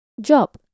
job